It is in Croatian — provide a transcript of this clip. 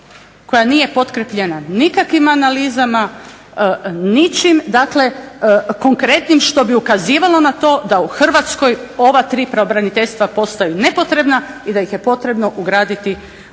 koja nije potkrijepljena nikakvim analizama, ničim dakle konkretnim što bi ukazivalo na to da u Hrvatskoj ova tri pravobraniteljstva postaju nepotrebna i da ih je potrebno ugraditi u